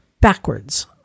backwards